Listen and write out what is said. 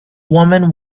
woman